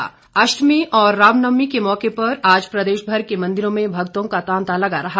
रामनवमी अष्टमी और रामनवमी के मौके पर आज प्रदेश भर के मंदिरों में भक्तों का तांता लगा रहा